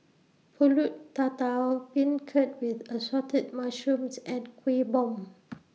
Pulut Tatal Beancurd with Assorted Mushrooms and Kuih Bom